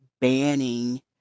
banning